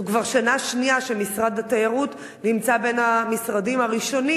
זאת כבר שנה שנייה שמשרד התיירות נמצא בין המשרדים הראשונים